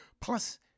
plus